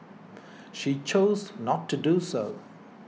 she chose not to do so